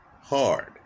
hard